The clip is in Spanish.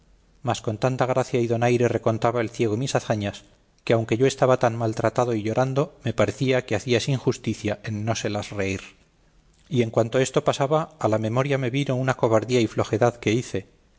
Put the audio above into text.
mas con tanta gracia y donaire recontaba el ciego mis hazañas que aunque yo estaba tan maltratado y llorando me parecía que hacía sinjusticia en no se las reír y en cuanto esto pasaba a la memoria me vino una cobardía y flojedad que hice